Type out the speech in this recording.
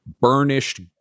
burnished